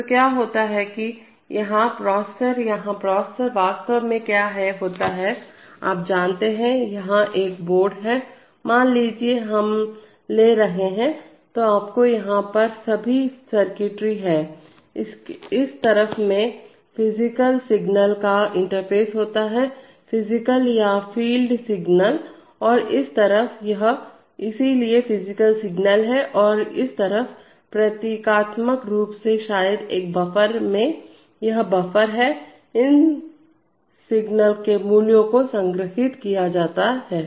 तो क्या होता है कि यहाँ प्रोसेसर यहाँ प्रोसेसर वास्तव में क्या होता है आप जानते हैं यहाँ एक बोर्ड है मान लीजिए कि हम ले रहे हैं तो आपको यहाँ पर सभी सर्किटरी हैं इस तरफ में फिजिकल सिगनल्स का इंटरफ़ेस होता है फिजिकल या फ़ील्ड सिग्नल और इस तरफ यह इसलिए ये फिजिकल सिग्नल हैं और इस तरफ प्रतीकात्मक रूप से शायद एक बफर में यह एक बफर है इन सिग्नस के मूल्यों को संग्रहीत किया जाता है